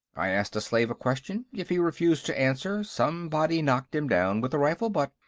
i asked a slave a question. if he refused to answer, somebody knocked him down with a rifle-butt,